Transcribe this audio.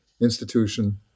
institution